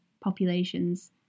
populations